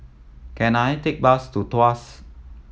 can I take bus to Tuas